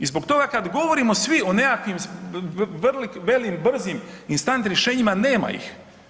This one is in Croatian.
I zbog toga kad govorimo si o nekakvim velim brzim instant rješenjima, nema ih.